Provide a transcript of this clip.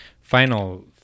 final